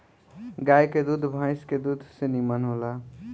गाय के दूध भइस के दूध से निमन होला